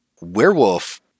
Werewolf